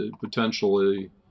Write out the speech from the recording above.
potentially